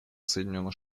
соединенных